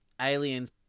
Aliens